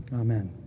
Amen